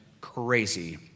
crazy